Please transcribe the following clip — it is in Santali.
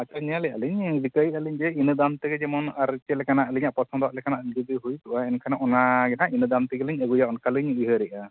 ᱟᱪᱪᱷᱟ ᱧᱮᱞ ᱮᱜᱼᱟ ᱞᱤᱧ ᱫᱤᱥᱟᱹᱭᱮᱜᱼᱟ ᱞᱤᱧ ᱤᱱᱟᱹ ᱫᱟᱢ ᱛᱮᱜᱮ ᱡᱮᱢᱚᱱ ᱟᱨ ᱪᱮᱫ ᱞᱮᱠᱟᱱᱟᱜ ᱟᱹᱞᱤᱧᱟᱜ ᱯᱚᱪᱷᱚᱱᱫᱚ ᱞᱮᱠᱟᱱᱟᱜ ᱦᱩᱭ ᱠᱚᱜᱼᱟ ᱮᱱᱠᱷᱟᱱ ᱚᱱᱟ ᱜᱮᱦᱟᱸᱜ ᱤᱱᱟᱹ ᱫᱟᱢ ᱛᱮᱜᱮ ᱞᱤᱧ ᱟᱹᱜᱩᱭᱟ ᱚᱱᱠᱟ ᱞᱤᱧ ᱩᱭᱦᱟᱹᱨᱮᱜᱼᱟ